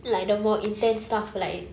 like the more intense stuff like